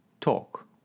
Talk